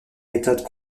méthodes